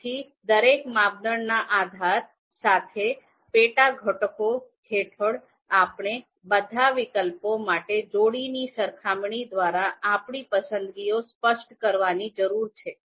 તેથી દરેક માપદંડના આધાર સાથે પેટા ઘટકો હેઠળ આપણે બધા વિકલ્પો માટે જોડીની સરખામણી દ્વારા આપણી પસંદગીઓ સ્પષ્ટ કરવાની જરૂર છે